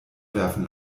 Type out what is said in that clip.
werfen